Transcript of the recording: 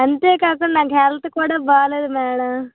అంతే కాకుండా నాకు హెల్త్ కూడా బాగాలేదు మేడం